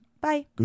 Bye